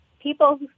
people